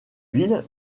ville